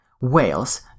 whales